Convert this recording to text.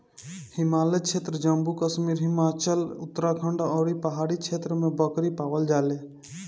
हिमालय क्षेत्र में बकरी जम्मू कश्मीर, हिमाचल, उत्तराखंड अउरी पहाड़ी क्षेत्र में पावल जाले